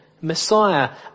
Messiah